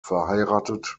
verheiratet